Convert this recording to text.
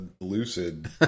lucid